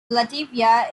latvia